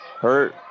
Hurt